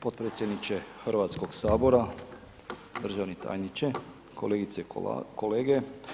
Potpredsjedniče Hrvatskog sabora, državni tajniče, kolegice i kolege.